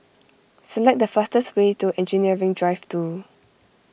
select the fastest way to Engineering Drive two